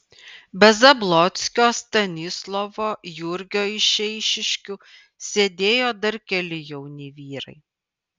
be zablockio stanislovo jurgio iš eišiškių sėdėjo dar keli jauni vyrai